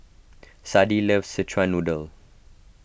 Sadie loves Szechuan Noodle